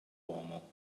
uomo